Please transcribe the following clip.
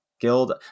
guild